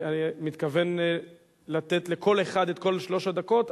אני מתכוון לתת לכל אחד את כל שלוש הדקות,